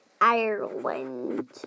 Ireland